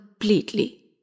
Completely